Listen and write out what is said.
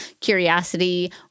curiosity